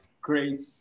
great